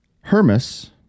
Hermas